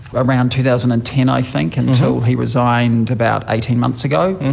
around two thousand and ten, i think, until he resigned about eighteen months ago.